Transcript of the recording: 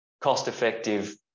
cost-effective